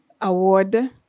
award